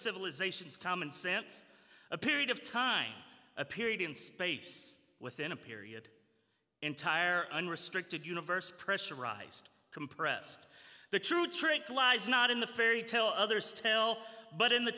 civilizations common sense a period of time a period in space within a period entire unrestricted universe pressurized compressed the true trick lies not in the fairy tale others tell but in the